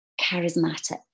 charismatic